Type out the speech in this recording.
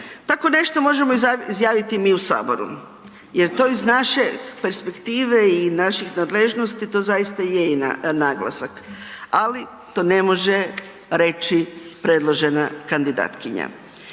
Tako nešto možemo izjaviti mi u saboru jer to iz naše perspektive i naših nadležnosti to zaista je i naglasak, ali to ne može reći predložena kandidatkinja.